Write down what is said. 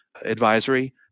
advisory